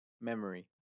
memory